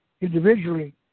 individually